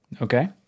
Okay